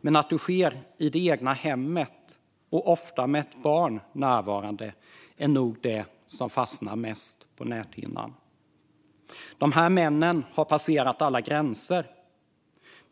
Men att det sker i det egna hemmet och ofta med barn närvarande är nog det som mest fastnar på näthinnan. De här männen har passerat alla gränser.